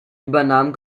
übernahm